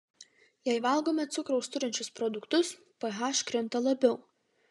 jei valgome cukraus turinčius produktus ph krinta labiau